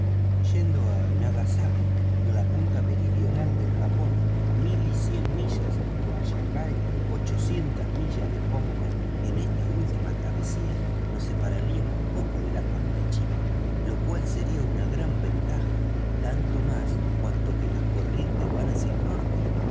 yendo a nagasaki en la punta meridional del japón mil cien millas o a shangai ochocientas millas de hong kong en esta última travesía nos separaríamos poco de la costa china lo cual sería una gran ventaja tanto más cuanto que las corrientes van hacia el norte